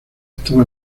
estaba